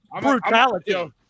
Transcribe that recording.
Brutality